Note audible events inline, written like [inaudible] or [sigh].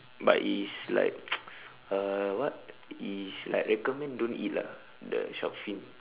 but it's like [noise] uh what it's like recommend don't eat lah the shark fin